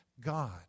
God